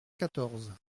quatorze